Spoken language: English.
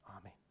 Amen